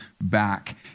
back